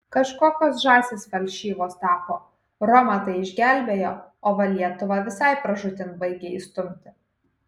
kažkokios žąsys falšyvos tapo romą tai išgelbėjo o va lietuvą visai pražūtin baigia įstumti